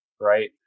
right